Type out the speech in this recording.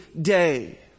day